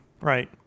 Right